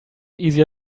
easier